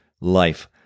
life